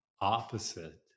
opposite